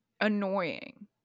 annoying